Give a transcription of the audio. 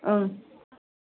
ओं